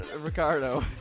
Ricardo